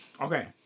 Okay